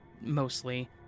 mostly